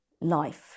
life